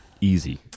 Easy